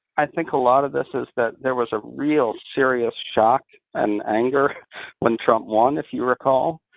i think a lot of this is that there was a real serious shock and anger when trump won, if you recall,